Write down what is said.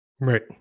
Right